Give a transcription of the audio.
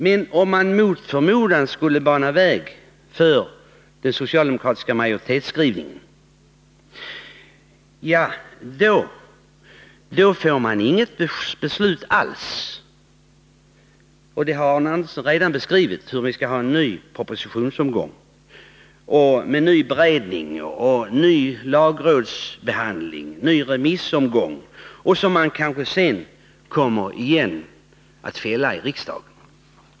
Men om man mot förmodan skulle bana väg för den socialdemokratiska majoritetsskrivningen — ja, då får man inget beslut alls. Och Arne Andersson har redan beskrivit hur vi skall ha en ny propositionsomgång, med ny beredning, ny lagrådsbehandling och ny remissomgång — och förslag som man sedan kanske igen kommer att fälla i riksdagen.